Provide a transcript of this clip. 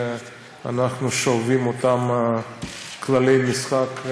ואנחנו שואבים אותם כללי משחק,